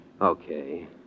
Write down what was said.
Okay